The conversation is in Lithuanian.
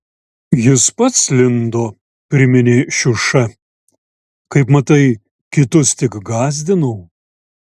jis pats lindo priminė šiuša kaip matai kitus tik gąsdinau